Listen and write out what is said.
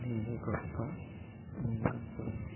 నేను గొప్ప నేను గొప్పగా